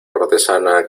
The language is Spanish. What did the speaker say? cortesana